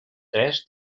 tres